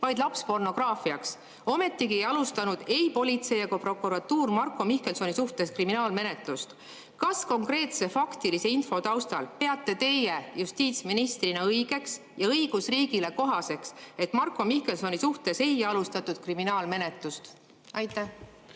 vaid lapspornograafiaks. Ometigi ei alustanud ei politsei ega prokuratuur Marko Mihkelsoni suhtes kriminaalmenetlust. Kas konkreetse faktilise info taustal peate teie justiitsministrina õigeks ja õigusriigile kohaseks, et Marko Mihkelsoni suhtes ei alustatud kriminaalmenetlust? Ma